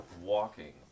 walking